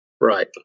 Right